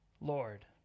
Lord